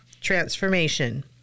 transformation